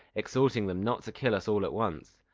exhorting them not to kill us all at once.